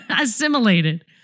assimilated